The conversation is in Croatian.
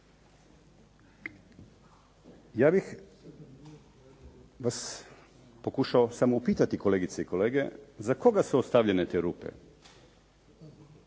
Ja bih vas pokušao samo upitati kolegice i kolege za koga su ostavljene te rupe?